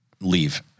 leave